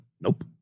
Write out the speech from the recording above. nope